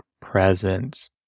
presence